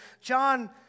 John